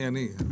אני, אני.